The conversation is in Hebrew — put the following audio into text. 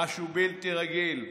משהו בלתי רגיל.